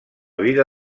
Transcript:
vida